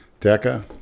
DECA